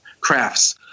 crafts